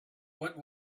what